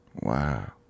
Wow